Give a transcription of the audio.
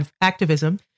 activism